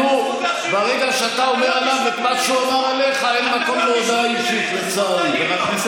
ברגע זה התייתר הצורך בהודעה האישית שלך, למה?